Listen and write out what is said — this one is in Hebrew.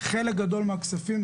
חלק גדול מהכספים,